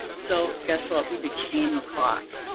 so guess what? we became the clock.